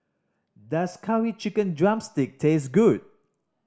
does Curry Chicken drumstick taste good